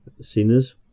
sinners